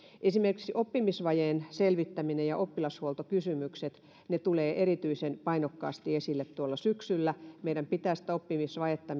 esimerkiksi oppimisvajeen selvittäminen ja oppilashuoltokysymykset tulevat erityisen painokkaasti esille syksyllä meidän pitää kuroa sitä oppimisvajetta